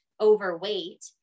overweight